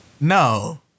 No